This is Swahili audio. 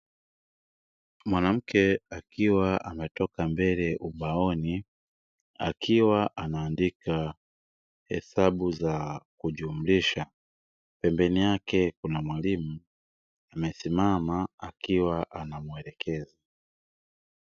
Mwanamke akiwa ametoka mbele ubaoni akiwa anaadika hesabu za kujumlisha pembeni yake kuna mwalimu amesimama akiwa anamuelekeza.